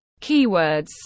keywords